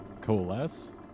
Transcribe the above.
coalesce